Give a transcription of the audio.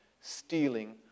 stealing